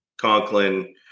Conklin